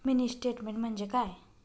Mini statement म्हणजे काय?